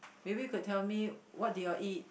maybe you could tell me what do you all eat